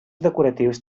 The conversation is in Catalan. decoratius